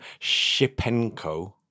Shipenko